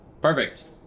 perfect